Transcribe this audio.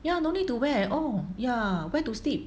ya no need to wear oh ya wear to sleep